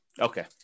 Okay